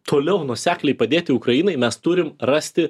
toliau nuosekliai padėti ukrainai mes turim rasti